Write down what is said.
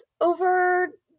over